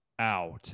out